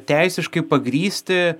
teisiškai pagrįsti